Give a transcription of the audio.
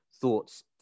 thoughts